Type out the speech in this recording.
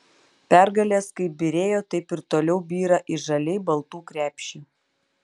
pergalės kaip byrėjo taip ir toliau byra į žaliai baltų krepšį